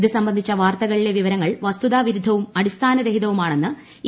ഇതുസംബന്ധിച്ച വാർത്തകളിലെ വിവരങ്ങൾ വസ്തുതാ വിരുദ്ധവും അടിസ്ഥാനരഹിതവുമാണെന്ന് ഇ